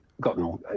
gotten